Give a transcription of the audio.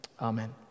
Amen